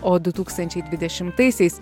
o du tūkstančiai dvidešimtaisiais